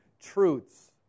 truths